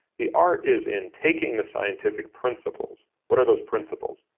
the art is in taking the scientific principles, what are those principles?